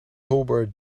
hobart